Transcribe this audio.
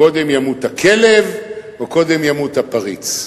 קודם ימות הכלב או קודם ימות הפריץ?